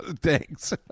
Thanks